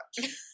Watch